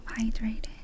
hydrated